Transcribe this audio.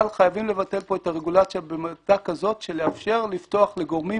אבל חייבים לבטל פה את הרגולציה ולאפשר לפתוח לגורמים